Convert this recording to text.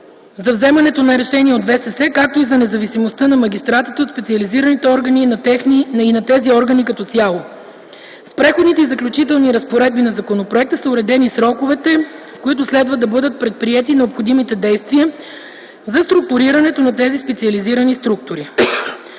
за вземането на решения от Висшия съдебен съвет, както и за независимостта на магистратите от специализираните органи и на тези органи като цяло. С Преходните и заключителните разпоредби на законопроекта са уредени сроковете, в които следва да бъдат предприети необходимите действия за структурирането на тези специализирани структури.